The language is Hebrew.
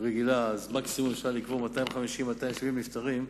רגילה אפשר לקבור מקסימום 250 270 נפטרים,